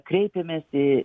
kreipėmės į